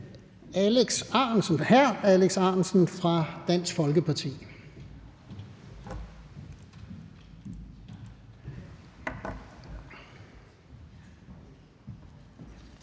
Alex Ahrendtsen fra Dansk Folkeparti.